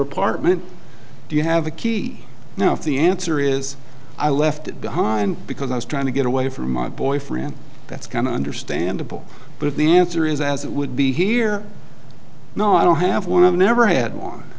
apartment do you have a key now if the answer is i left it behind because i was trying to get away from my boyfriend that's kind of understandable but the answer is as it would be here no i don't have one of never had one